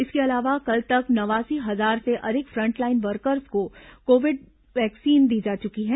इसके अलावा कल तक नवासी हजार से अधिक फ्रंटलाइन वर्कर्स को कोविड वैक्सीन दी जा चुकी है